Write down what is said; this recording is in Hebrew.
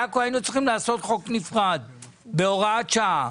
לעכו היינו צריכים לעשות חוק נפרד בהוראת שעה.